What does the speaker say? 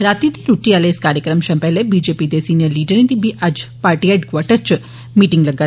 रातीं दी रूट्टी आहले इस कार्यक्रम शा पैहले बी जे पी दे सीनियर लीडरें दी बी अज्ज पार्टी हैडक्वार्टर पर इक मीटिंग लग्गोग